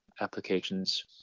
applications